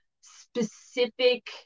specific